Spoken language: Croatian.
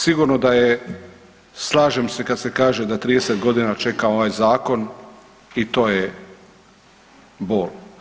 Sigurno da je, slažem se kad se kaže da 30 godina čekamo ovaj zakon i to je bol.